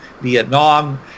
Vietnam